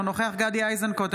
אינו נוכח גדי איזנקוט,